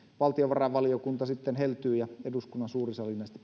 valtiovarainvaliokunta sitten heltyy ja eduskunnan suuri sali näistä